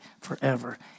forever